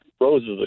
roses